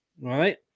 right